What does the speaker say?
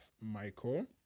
michael